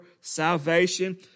salvation